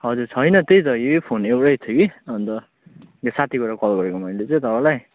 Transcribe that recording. हजुर छैन त्यही त यही फोन एउटै थियो कि अन्त यो साथीकोबाट कल गरेको मैले चाहिँ तपाईँलाई